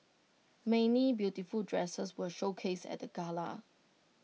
many beautiful dresses were showcased at the gala